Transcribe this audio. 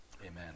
Amen